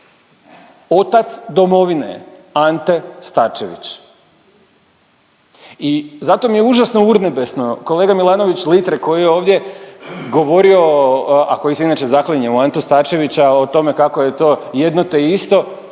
Otac domovine Ante Starčević. I zato mi je užasno urnebesno, kolega Milanović Litre koji je ovdje govorio, a koji se inače zaklinje u Antu Starčevića, o tome kako je to jedno te isto,